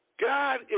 God